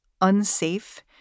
unsafe